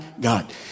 God